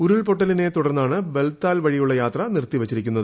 ഉരുൾപ്പൊട്ടലിനെ തുടർന്നാണ് ബൽതാൽ വഴിയുള്ള യാത്ര നിർത്തി വച്ചിരിക്കുന്നത്